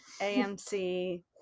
amc